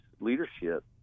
leadership